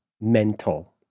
mental